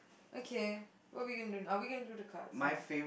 okay what we're gonna are we gonna do the cards now